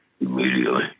immediately